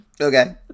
Okay